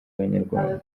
abanyarwanda